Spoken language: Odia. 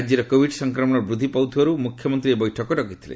ରାଜ୍ୟରେ କୋଭିଡ୍ ସଂକ୍ରମଣ ବୃଦ୍ଧି ପାଉଥିବାରୁ ମୁଖ୍ୟମନ୍ତ୍ରୀ ଏହି ବୈଠକ ଡକାଇଥିଲେ